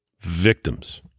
victims